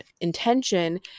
intention